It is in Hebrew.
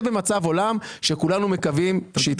זה במצב עולם שכולנו מקווים שיתקיים.